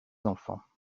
enfants